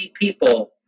people